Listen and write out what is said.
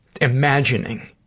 imagining